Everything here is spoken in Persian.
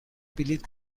بلیط